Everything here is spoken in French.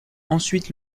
ensuite